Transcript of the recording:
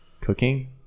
cooking